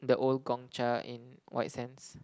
the old Gong-Cha in White Sands